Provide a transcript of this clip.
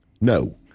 No